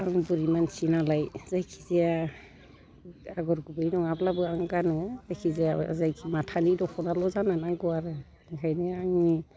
आं बुरि मानसिनालाय जायखि जाया आग'र गुबै नङाब्लाबो आं गानो जायखि जाया जायखि माथानि दख'नाल' जानो नांगौ आरो बेखायनो आंनि